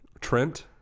trent